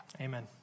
Amen